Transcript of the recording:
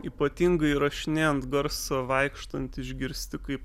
ypatingai įrašinėjant garsą vaikštant išgirsti kaip